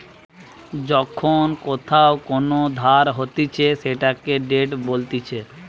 যখন কোথাও কোন ধার হতিছে সেটাকে ডেট বলতিছে